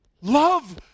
Love